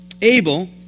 Abel